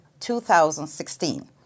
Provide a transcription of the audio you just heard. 2016